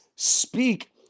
speak